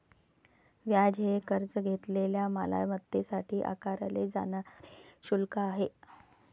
व्याज हे कर्ज घेतलेल्या मालमत्तेसाठी आकारले जाणारे शुल्क आहे